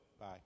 Bye